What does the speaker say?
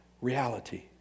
Reality